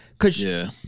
Cause